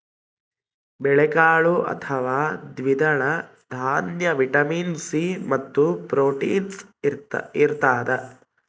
ಬೇಳೆಕಾಳು ಅಥವಾ ದ್ವಿದಳ ದಾನ್ಯ ವಿಟಮಿನ್ ಸಿ ಮತ್ತು ಪ್ರೋಟೀನ್ಸ್ ಇರತಾದ